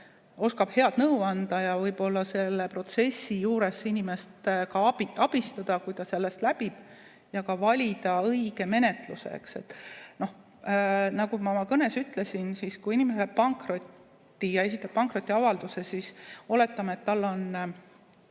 oskab head nõu anda, selle protsessi juures inimest abistada, kui ta selle läbib, ja valida õige menetluse. Nagu ma oma kõnes ütlesin, kui inimene läheb pankrotti ja esitab pankrotiavalduse, siis oletame, et tal on